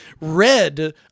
Red